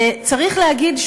צריך להגיד,